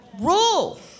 Rule